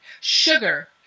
Sugar